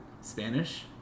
Spanish